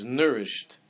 nourished